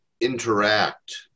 interact